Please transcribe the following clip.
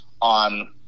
on